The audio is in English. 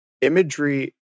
Imagery